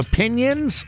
Opinions